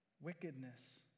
wickedness